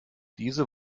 diese